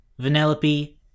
vanellope